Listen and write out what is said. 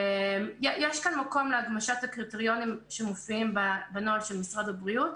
יש מקום להגמשת הקריטריונים שמופיעים בנוהל של משרד הבריאות.